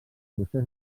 procés